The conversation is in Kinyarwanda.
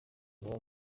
umwaka